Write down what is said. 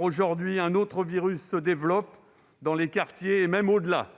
Aujourd'hui, un autre virus se développe dans les quartiers et même au-delà,